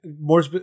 more